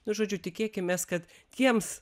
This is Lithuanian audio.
žodžiu tikėkimės kad tiems